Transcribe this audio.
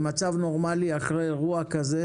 במצב נורמלי אחרי אירוע כזה,